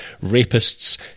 rapists